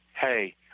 Hey